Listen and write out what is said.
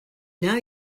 now